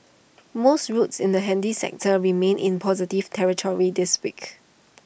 most routes in the handy sector remained in positive territory this week